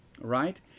right